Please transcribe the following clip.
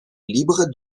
libre